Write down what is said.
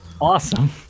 Awesome